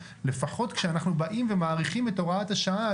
לפחות כשאנחנו באים ומאריכים את הוראת השעה,